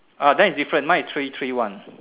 ah then is different mine is three three one